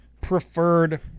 preferred